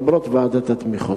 למרות ועדת התמיכות.